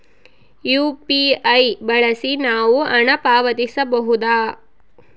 UPI ಬಳಸಿ ನಾವು ಹಣ ಪಾವತಿಸಬಹುದಾ?